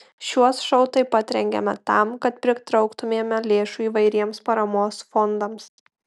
šiuos šou taip pat rengiame tam kad pritrauktumėme lėšų įvairiems paramos fondams